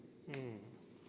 mm